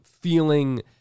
feeling